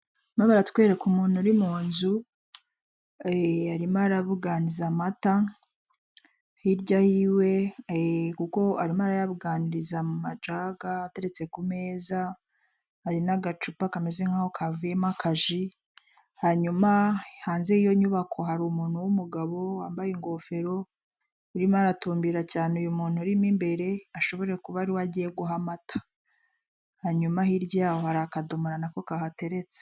Barimo baratwereka umuntu uri mu nzu, arimo arabuganiza amata, hirya yiwe kuko arimo arayabuganiriza mu majaga ateretse ku meza, hari n'agacupa kameze nk'aho kavuyemo aka ji hanyuma hanze y'iyo nyubako hari umuntu umugabo wambaye ingofero, urimo aratumbira cyane uyu muntu urimo imbere ashobore kuba ari uwo agiye guha amata hanyuma hirya yaho hari akadomoro nako kahateretse.